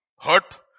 hurt